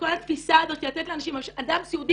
שכל התפיסה הזאת לתת לאנשים אדם סיעודי